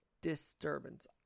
disturbance